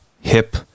hip